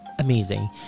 amazing